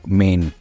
main